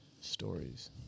Stories